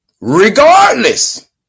Regardless